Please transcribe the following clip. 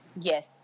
Yes